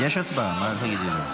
למה הצבעה?